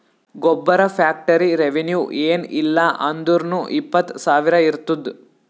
ಗೊಬ್ಬರ factory revenue ಏನ್ ಇಲ್ಲ ಅಂದುರ್ನೂ ಇಪ್ಪತ್ತ್ ಸಾವಿರ ಇರ್ತುದ್